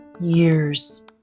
years